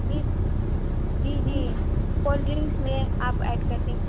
جی جی جی cool drinks میں آپ ایڈ کر دیں